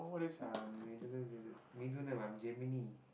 uh I'm Gemini